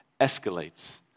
escalates